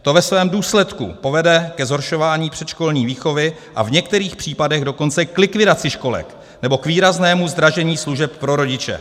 To ve svém důsledku povede ke zhoršování předškolní výchovy a v některých případech dokonce k likvidaci školek nebo k výraznému zdražení služeb pro rodiče.